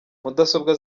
mudasobwa